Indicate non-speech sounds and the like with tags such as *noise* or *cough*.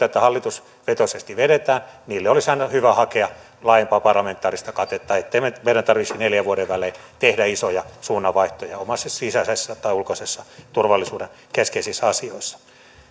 *unintelligible* joita hallitusvetoisesti vedetään olisi aina hyvä hakea laajempaa parlamentaarista katetta ettei meidän tarvitse neljän vuoden välein tehdä isoja suunnanvaihtoja oman sisäisen tai ulkoisen turvallisuuden keskeisissä asioissa